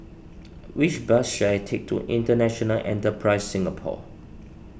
which bus should I take to International Enterprise Singapore